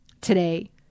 today